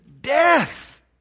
death